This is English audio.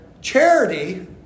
charity